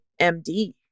MD